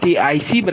તે જ તે ICo છે